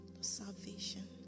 Salvation